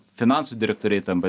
finansų direktoriai tampa